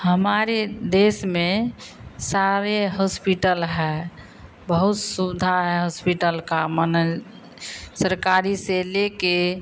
हमारे देश में सारे हॉस्पिटल है बहुत सुवधा है हॉस्पिटल की माने सरकारी से लेकर